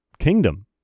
Kingdom